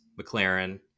McLaren